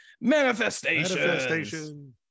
manifestation